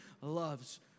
loves